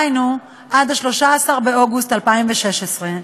היינו עד 13 באוגוסט 2016,